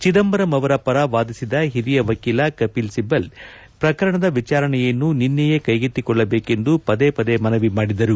ಚಿದಂಬರಂ ಅವರ ಪರ ವಾದಿಸಿದ ಹಿರಿಯ ವಕೀಲ ಕಪಿಲ್ ಸಿಬಲ್ ಪ್ರಕರಣದ ವಿಚಾರಣೆಯನ್ನು ನಿನ್ನೆಯೇ ಕೈಗೆತ್ತಿಕೊಳ್ಳಬೇಕೆಂದು ಪದೇ ಪದೇ ಮನವಿ ಮಾಡಿದರು